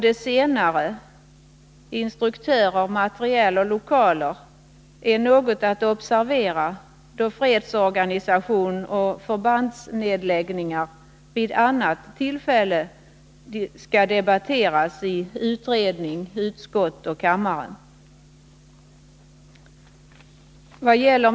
Det senare är något att observera, då fredsorganisation och förbandsnedläggningar vid annat tillfälle skall debatteras i utredning, utskott och kammare.